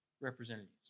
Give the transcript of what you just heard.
representatives